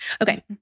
okay